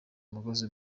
umugozi